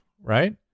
right